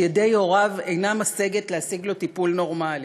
שידי הוריו אינה משגת להשיג לו טיפול נורמלי,